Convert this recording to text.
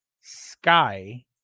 Sky